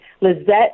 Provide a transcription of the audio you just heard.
Lizette